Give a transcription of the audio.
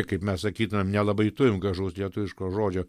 kaip mes sakytumėm nelabai turim gražaus lietuviško žodžio